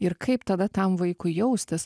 ir kaip tada tam vaikui jaustis